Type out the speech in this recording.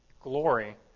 glory